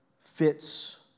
fits